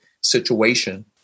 situation